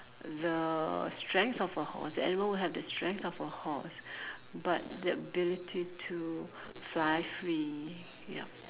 the strength of a horse and even will have the strength of a horse but the ability to fly free yup